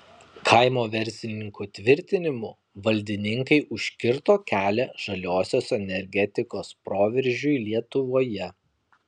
kaimo verslininkų tvirtinimu valdininkai užkirto kelią žaliosios energetikos proveržiui lietuvoje